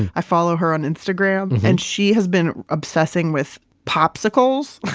and i follow her on instagram. and she has been obsessing with popsicles.